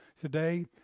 today